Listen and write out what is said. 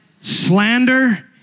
Slander